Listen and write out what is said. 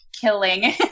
killing